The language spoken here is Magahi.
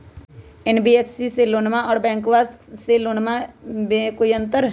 एन.बी.एफ.सी से लोनमा आर बैंकबा से लोनमा ले बे में कोइ अंतर?